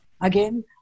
again